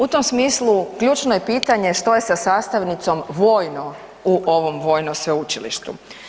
U tom smislu ključno je pitanje što je sa sastavnicom vojno u ovom vojnom sveučilištu.